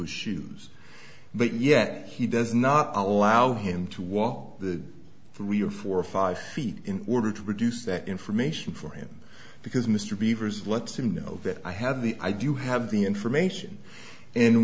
his shoes but yet he does not allow him to walk the three or four or five feet in order to produce that information for him because mr beaver's lets him know that i have the i do have the information and